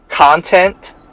content